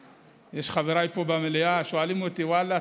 חבריי פה במליאה שואלים אותי: ואללה,